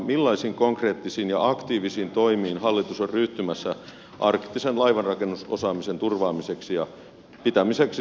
millaisiin konkreettisiin ja aktiivisiin toimiin hallitus on ryhtymässä arktisen laivanrakennusosaamisen turvaamiseksi ja pitämiseksi suomalaisissa käsissä